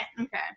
Okay